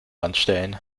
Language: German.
anstellen